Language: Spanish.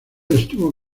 estuvo